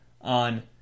on